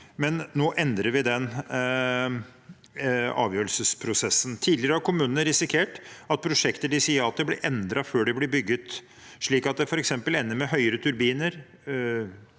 men nå endrer vi den avgjørelsesprosessen. Tidligere har kommunene risikert at prosjekter de sier ja til, blir endret før de blir bygget, slik at det f.eks. ender med høyere turbiner